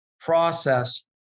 process